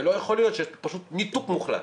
לא יכול להיות שיש פשוט ניתוק מוחלט.